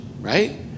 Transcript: right